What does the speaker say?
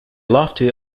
lofty